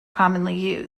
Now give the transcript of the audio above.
commonly